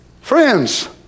Friends